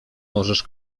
możesz